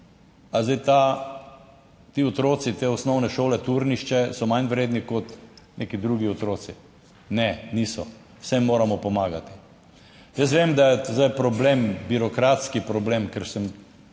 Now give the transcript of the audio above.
a zdaj ti otroci te osnovne šole Turnišče so manj vredni kot neki drugi otroci. Ne, niso, se moramo pomagati. Jaz vem, da je zdaj problem, birokratski problem, ker sem